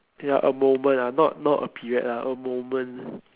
ya a moment ah not not a period a moment